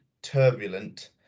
turbulent